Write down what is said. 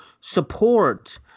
support